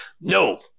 No